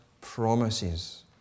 promises